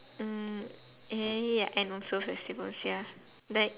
mm yeah and also festivals ya like